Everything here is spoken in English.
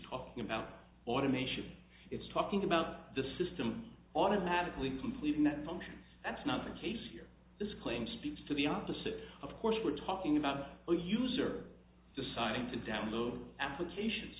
talking about automation it's talking about the system automatically completing that function that's not the case here this claim speaks to the opposite of course we're talking about the user deciding to download applications